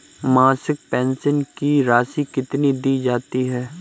मासिक पेंशन की राशि कितनी दी जाती है?